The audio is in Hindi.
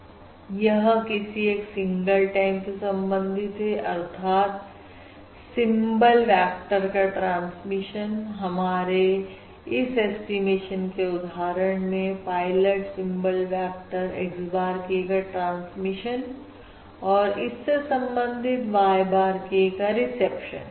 T यह किसी एक सिंगल टाइम से संबंधित है अर्थात सिंबल वेक्टर का ट्रांसमिशन हमारे इस ऐस्टीमेशन के उदाहरण में pilot symbol vector x bar k का ट्रांसमिशन और इससे संबंधित Y bar k का रिसेप्शन